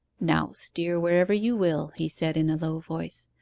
now steer wherever you will he said, in a low voice.